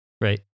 Right